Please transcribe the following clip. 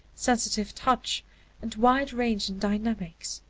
sensitive touch and wide range in dynamics.